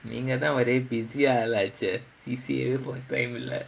நீங்கதா ஒரே:neengathaa orae busy ஆள் ஆச்சே:aal aachae C_C_A போக:poga time இல்ல:illa